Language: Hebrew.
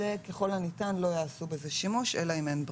זה ככל הניתן לא יעשו בזה שימוש אלא אם אין ברירה.